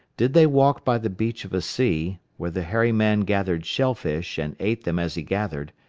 did they walk by the beach of a sea, where the hairy man gathered shellfish and ate them as he gathered,